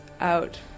out